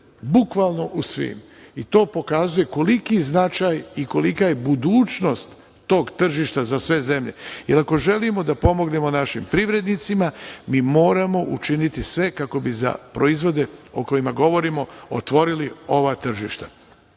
bukvalno u svim, i to pokazuje koliki značaj i kolika je budućnost tog tržišta za sve zemlje, jer ako želimo da pomognemo našim privrednicima mi moramo učiniti sve kako bi za proizvode o kojima govorimo otvorili ova tržišta.U